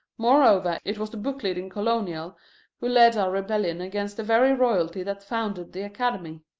moreover, it was the book-reading colonial who led our rebellion against the very royalty that founded the academy.